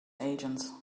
agents